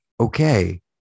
okay